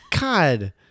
God